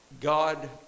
God